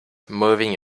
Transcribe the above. moving